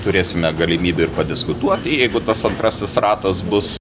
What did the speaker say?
turėsime galimybę ir padiskutuoti jeigu tas antrasis ratas bus